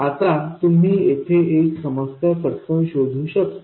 आता तुम्ही येथे एक समस्या चटकन शोधू शकता